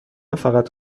فقط